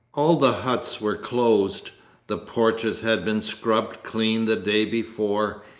all the huts were closed the porches had been scrubbed clean the day before.